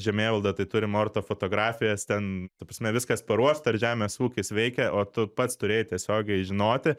žemėvaldą tai turim ortofotografijas ten ta prasme viskas paruošta ir žemės ūkis veikia o tu pats turėjai tiesiogiai žinoti